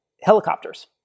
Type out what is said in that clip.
helicopters